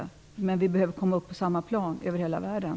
Vi kvinnor behöver komma upp på samma plan i hela världen.